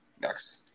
next